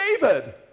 David